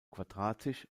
quadratisch